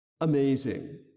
amazing